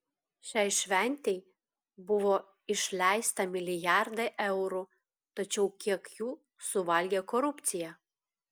šiai šventei buvo išleista milijardai eurų tačiau kiek jų suvalgė korupcija